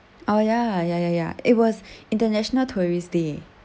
oh ya ya ya ya it was international tourists day